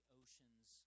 oceans